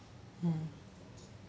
mm